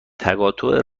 تقاطع